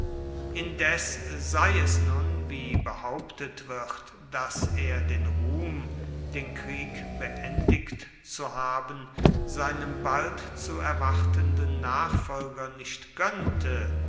indes sei es nun wie behauptet wird daß er den ruhm den krieg beendigt zu haben seinem bald zu erwartenden nachfolger nicht gönnte